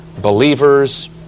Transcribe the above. believers